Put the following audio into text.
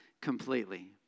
completely